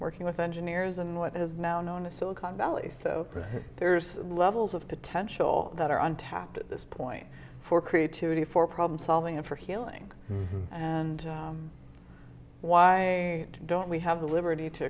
working with engineers and what is now known as silicon valley so there's levels of potential that are untapped at this point for creativity for problem solving and for healing and why don't we have the liberty to